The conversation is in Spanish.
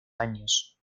años